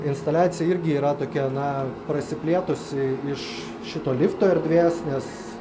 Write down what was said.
instaliacija irgi yra tokia na prasiplėtusi iš šito lifto erdvės nes